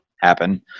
happen